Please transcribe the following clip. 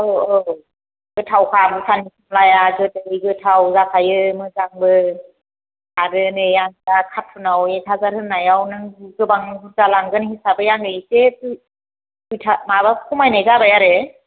औ औ गोथावखा भुटाननि कमलाया गोदै गोथाव जाखायो मोजांबो आरो नै आंहा कारथुनाव एक हाजार होन्नायाव नों गोबां बुरजा लांगोन हिसाबै आङो इसेसो दुइथा माबा खमायनाय जाबाय आरो